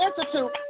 Institute